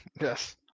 Yes